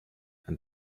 and